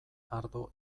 ardo